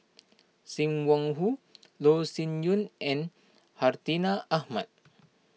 Sim Wong Hoo Loh Sin Yun and Hartinah Ahmad